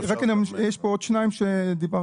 יש פה עוד שניים --- לא,